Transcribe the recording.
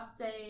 update